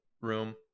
room